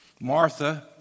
Martha